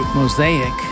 Mosaic